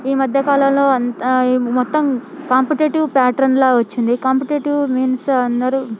ఈ మధ్య కాలంలో అంతా మొత్తం కాంపిటేటివ్ ప్యాట్రన్లాగా వచ్చింది కాంపిటేటివ్ మీన్స్ అందరు